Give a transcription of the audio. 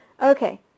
Okay